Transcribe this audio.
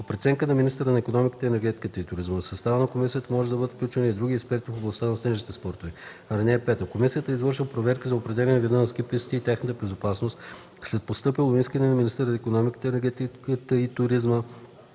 По преценка на министъра на икономиката, енергетиката и туризма в състава на комисията може да бъдат включени и други експерти в областта на снежните спортове. (5) Комисията извършва проверки за определяне вида на ски пистите и тяхната безопасност след постъпило искане до министъра на икономиката, енергетиката и туризма